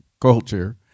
culture